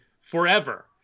forever